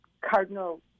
Cardinal